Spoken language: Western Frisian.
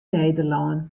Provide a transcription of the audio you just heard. nederlân